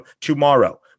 tomorrow